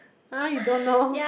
!huh! you don't know